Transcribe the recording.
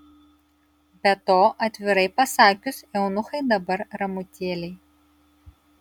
be to atvirai pasakius eunuchai dabar ramutėliai